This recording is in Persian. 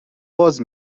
باز